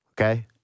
Okay